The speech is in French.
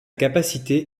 capacité